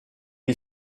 est